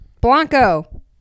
Blanco